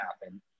happen